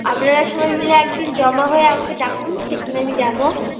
আপনারা সবাই মিলে এক দিন জমা হয়ে আমাকে ডাকুন সেখানে আমি যাবো